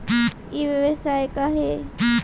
ई व्यवसाय का हे?